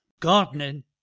Gardening